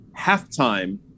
halftime